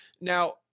Now